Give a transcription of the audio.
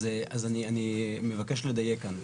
אז אני מבקש לדייק כאן.